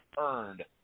earned